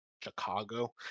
Chicago